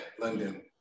London